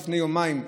לפני יומיים,